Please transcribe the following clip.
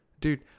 Dude